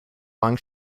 long